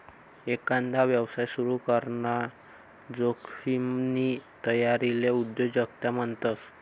एकांदा यवसाय सुरू कराना जोखिमनी तयारीले उद्योजकता म्हणतस